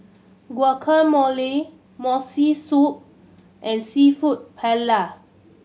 Gguacamole Miso Soup and Seafood Paella